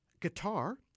guitar